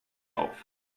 auf